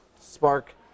Spark